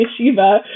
yeshiva